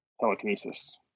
telekinesis